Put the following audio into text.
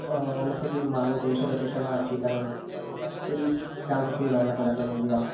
अ उनखे बि माण्हूं देश विदेश मां अची करे उनखे मञींदा आहिनि उते बि जाम सुठी रौनक लॻल हूंदी आहे